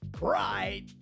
Right